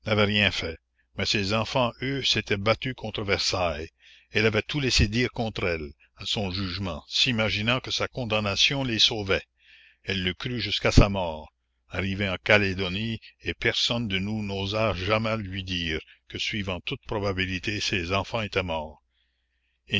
n'avait rien fait mais ses enfants eux s'étaient battus contre versailles elle avait tout laissé dire contre elle à son jugement s'imaginant que sa condamnation les sauvait elle le crut jusqu'à sa mort arrivée en calédonie et personne de nous n'osa jamais lui dire que suivant toute probabilité ses enfants étaient morts